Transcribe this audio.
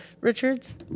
Richards